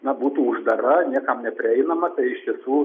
na būtų uždara niekam neprieinama tai iš tiesų